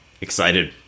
excited